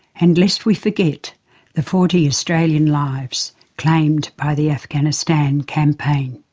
and lest we forget the forty australian lives claimed by the afghanistan campaign.